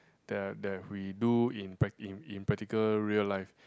that that we do in prac~ in in practical real life